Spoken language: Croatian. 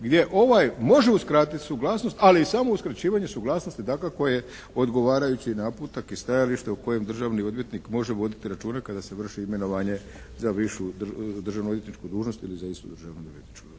gdje ovaj može uskratit suglasnost ali samo uskraćivanju suglasnosti dakako je odgovarajući naputak i stajalište o kojem državni odvjetnik može voditi računa kada se vrši imenovanje za višu državnu odvjetničku dužnost ili za istu …/Govornik se